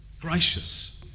gracious